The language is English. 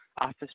office